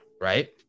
right